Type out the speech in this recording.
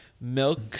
milk